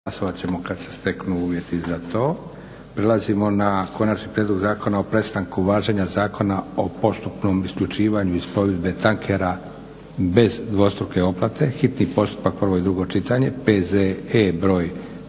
**Leko, Josip (SDP)** Prelazimo na: - Konačni prijedlog Zakona o prestanku važenja Zakona o postupnom isključenju iz plovidbe tankera bez dvostruke oplate, hitni postupak, prvo i drugo čitanje, P.Z.E br.